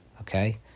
okay